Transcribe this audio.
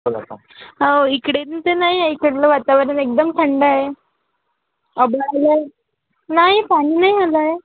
हो तर नाही आहे इकडलं वातावरण एकदम थंड आहे नाही पाणी नाही आलं आहे